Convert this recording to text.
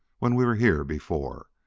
when we were here before,